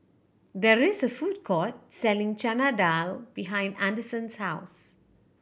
there is a food court selling Chana Dal behind Anderson's house